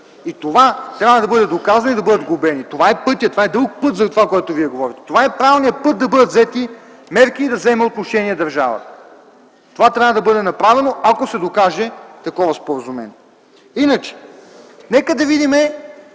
И това трябва да бъде доказано и да бъдат глобени. Това е пътят. Това е друг път, затова, за което вие говорите. Това е правилният път да бъдат взети мерки и да вземе отношение държавата. Това трябва да бъде направено, ако се докаже такова споразумение. Иначе, нека да видим